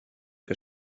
que